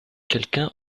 quelqu’un